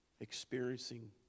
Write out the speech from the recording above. experiencing